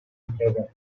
heaven